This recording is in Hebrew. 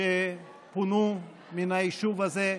שפונו מן היישוב הזה,